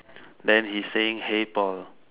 then he is saying hey Paul